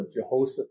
Jehoshaphat